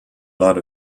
lot